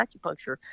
acupuncture